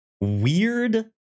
weird